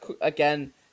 again